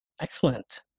Excellent